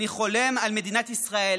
אני חולם על מדינת ישראל